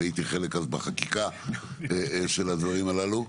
אני הייתי חלק אז בחקיקה של הדברים הללו.